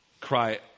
cry